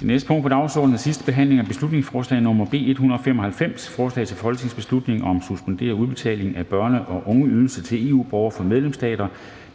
Det næste punkt på dagsordenen er: 13) 2. (sidste) behandling af beslutningsforslag nr. B 195: Forslag til folketingsbeslutning om at suspendere udbetalingen af børne- og ungeydelse til EU-borgere fra medlemsstater,